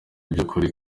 by’ukuri